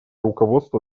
руководство